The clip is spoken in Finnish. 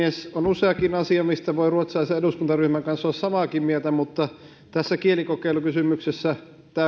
useakin asia mistä voi ruotsalaisen eduskuntaryhmän kanssa olla samaakin mieltä mutta tässä kielikokeilukysymyksessä